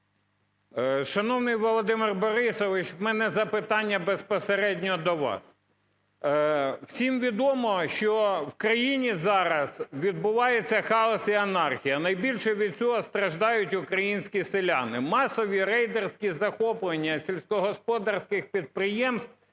Шановний Володимир Борисович, в мене запитання безпосередньо до вас. Всім відомо, що в країні зараз відбувається хаос і анархія. Найбільше від цього страждають українські селяни. Масові рейдерські захоплення сільськогосподарських підприємств